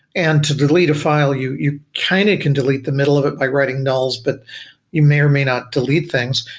and to delete a file, you you kind of can delete the middle of it by writing nulls, but you may or may not delete things.